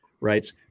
writes